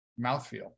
mouthfeel